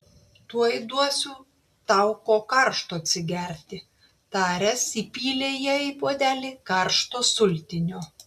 tuoj duosiu tau ko karšto atsigerti taręs įpylė jai į puodelį karšto sultinio